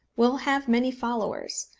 will have many followers,